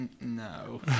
no